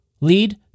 lead